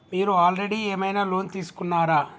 మీరు ఆల్రెడీ ఏమైనా లోన్ తీసుకున్నారా?